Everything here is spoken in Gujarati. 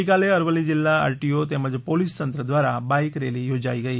ગઇકાલે અરવલ્લી જિલ્લા આરટીઓ તેમજ પોલિસ તંત્ર દ્વારા બાઇક રેલી યોજાઈ ગઈ